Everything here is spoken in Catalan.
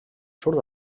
surt